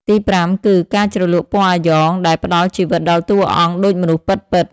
ទីប្រាំគឺ ការជ្រលក់ពណ៌អាយ៉ង ដែល ផ្តល់ជីវិតដល់តួអង្គដូចមនុស្សពិតៗ។